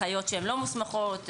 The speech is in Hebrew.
אחיות שלא מוסמכות,